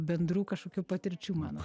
bendrų kažkokių patirčių man